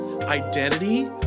identity